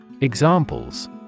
Examples